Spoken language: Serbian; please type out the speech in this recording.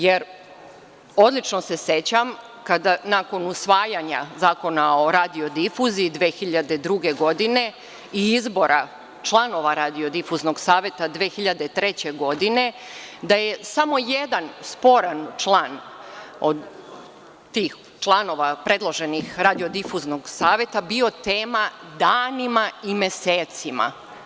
Jer, odlično se sećam kada nakon usvajanja Zakona o radiodifuziji 2002. godine i izbora članova Radiodifuznog saveta 2003. godine, da je samo jedan sporan član od tih članova predloženih Radiodifuznog saveta bio tema danima i mesecima.